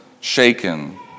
shaken